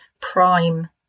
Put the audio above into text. prime